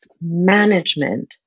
management